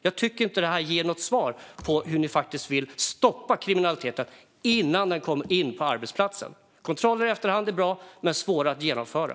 Jag tycker inte att det här ger något svar på hur ni vill stoppa kriminaliteten innan den kommer in på arbetsplatserna. Kontroller i efterhand är bra, men de är svåra att genomföra.